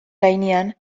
gainean